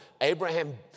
Abraham